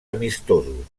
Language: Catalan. amistosos